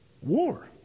War